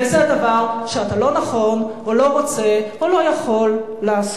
וזה דבר שאתה לא נכון או לא רוצה או לא יכול לעשות,